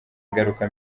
ingaruka